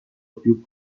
più